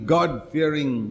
God-fearing